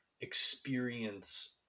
experience